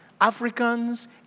Africans